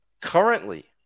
currently